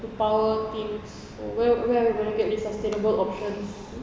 to power things where where are we gonna get these sustainable options